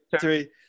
three